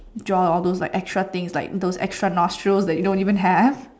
draw all those like extra thing like those extra nostrils that you don't even have